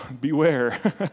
beware